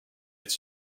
est